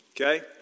Okay